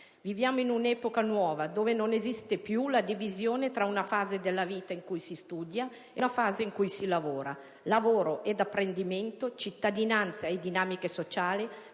Viviamo in un'epoca nuova dove non esiste più la divisione tra una fase della vita in cui si studia e una fase in cui si lavora. Lavoro ed apprendimento, cittadinanza e dinamiche sociali,